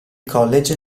college